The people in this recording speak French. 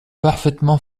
parfaitement